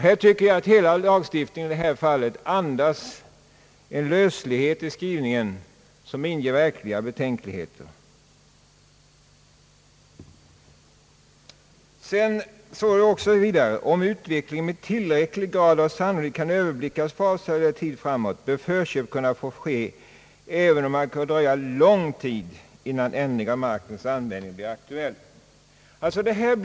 Jag tycker att hela lagstiftningen andas en löslighet, som inger betänkligheter. »Om utvecklingen med tillräcklig grad av sannolikhet kan överblickas för avsevärd tid framåt, bör förköp kunna få ske även om det kommer att dröja lång tid innan ändringen i markens användning blir aktuell», heter det vidare.